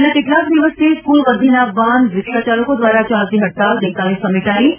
છેલ્લા કેટલાક દિવસની સ્કૂલ વર્ધીના વાન રીક્ષા ચાલકો દ્વારા ચાલતી હડતાલ ગઇકાલે સમેટાઈ છે